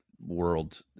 world